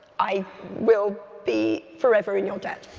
i will be forever in your debt.